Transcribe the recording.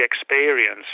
experience